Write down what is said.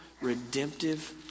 redemptive